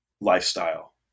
lifestyle